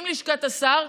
עם לשכת השר,